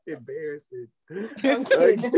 embarrassing